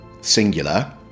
singular